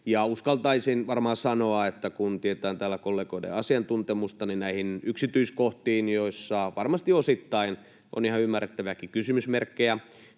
Uskaltaisin varmaan sanoa, että kun tietää täällä kollegoiden asiantuntemusta, niin näihin yksityiskohtiin, joissa varmasti osittain on ihan ymmärrettäviäkin kysymysmerkkejä